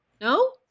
No